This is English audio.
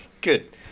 Good